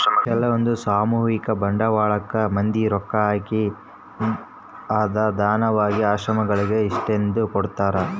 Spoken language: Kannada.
ಕೆಲ್ವಂದು ಸಾಮೂಹಿಕ ಬಂಡವಾಳಕ್ಕ ಮಂದಿ ರೊಕ್ಕ ಹಾಕಿ ಅದ್ನ ದಾನವಾಗಿ ಆಶ್ರಮಗಳಿಗೆ ಇಂತಿಸ್ಟೆಂದು ಕೊಡ್ತರಾ